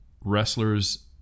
wrestlers